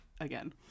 again